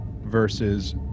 versus